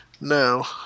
No